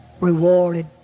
rewarded